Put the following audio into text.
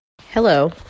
Hello